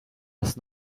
was